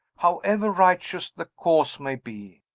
however righteous the cause may be,